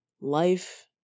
Life